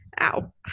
Ow